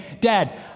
Dad